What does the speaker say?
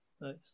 nice